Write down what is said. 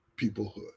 peoplehood